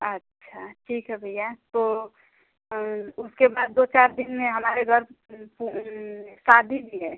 अच्छा ठीक है भैया तो उसके बाद दो चार दिन में हमारे घर शादी भी है